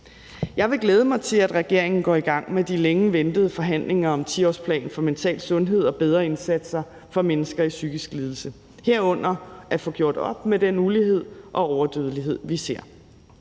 Jeg vil glæde mig til, at regeringen går i gang med de længe ventede forhandlinger om 10-årsplanen for mental sundhed og bedre indsatser for mennesker med psykisk lidelse, herunder at få gjort op med den ulighed og overdødelighed, vi ser.